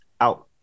out